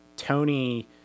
tony